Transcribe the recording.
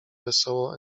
wesoło